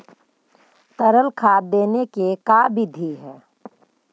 तरल खाद देने के का बिधि है?